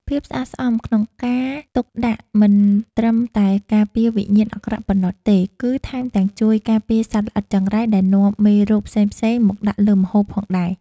ភាពស្អាតបាតក្នុងការទុកដាក់មិនត្រឹមតែការពារវិញ្ញាណអាក្រក់ប៉ុណ្ណោះទេ គឺ ថែមទាំងជួយការពារសត្វល្អិតចង្រៃដែលនាំមេរោគផ្សេងៗមកដាក់លើម្ហូបផងដែរ។